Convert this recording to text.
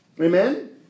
Amen